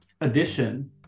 addition